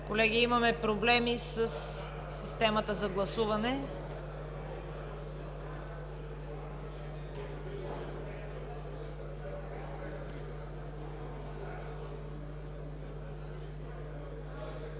Колеги, имаме проблеми със системата за гласуване.